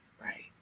Right